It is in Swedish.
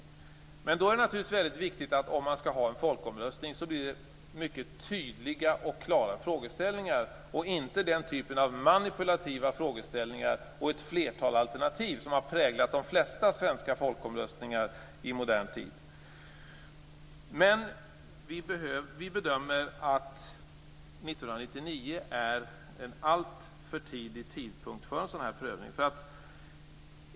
Om man skall ha en folkomröstning är det naturligtvis väldigt viktigt att det blir mycket tydliga och klara frågeställningar och inte den typen av manipulativa frågeställningar och ett flertal alternativ som har präglat de flesta svenska folkomröstningar i modern tid. Vi bedömer att 1999 är en alltför tidig tidpunkt för en sådan prövning.